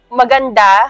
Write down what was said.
maganda